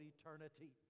eternity